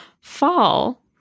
Fall